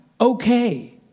okay